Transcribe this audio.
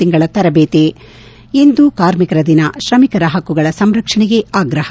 ತಿಂಗಳ ತರಬೇತಿ ಇಂದು ಕಾರ್ಮಿಕರ ದಿನ ಶ್ರಮಿಕರ ಹಕ್ಕುಗಳ ಸಂರಕ್ಷಣೆಗೆ ಆಗ್ರಹ